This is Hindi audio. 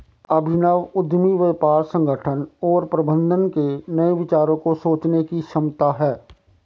अभिनव उद्यमी व्यापार संगठन और प्रबंधन के नए विचारों को सोचने की क्षमता है